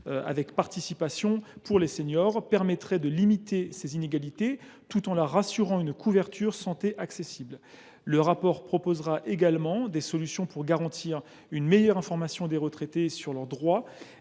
en place d’une C3S permettrait de limiter ces inégalités, tout en assurant à ces retraités une couverture santé accessible. Le rapport proposera également des solutions pour garantir une meilleure information des retraités sur leurs droits,